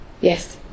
Yes